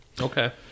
Okay